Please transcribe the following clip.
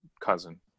cousin